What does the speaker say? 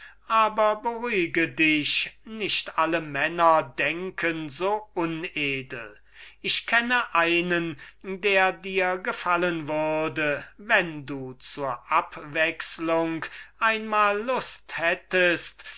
aber beruhige dich nicht alle männer denken so unedel und ich kenne einen der dir gefallen würde wenn du zur abwechslung einmal lust hättest